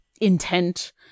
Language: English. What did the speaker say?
intent